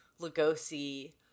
Lugosi